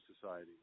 society